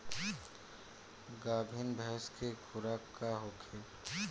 गाभिन भैंस के खुराक का होखे?